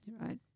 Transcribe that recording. right